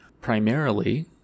Primarily